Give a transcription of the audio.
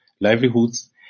livelihoods